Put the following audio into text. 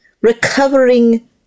recovering